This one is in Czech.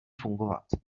fungovat